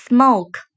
Smoke